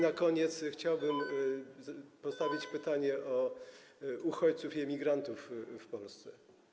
Na koniec chciałbym postawić pytanie o uchodźców i emigrantów w Polsce.